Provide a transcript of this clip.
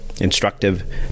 instructive